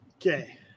Okay